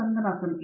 Ranganathan T